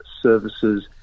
services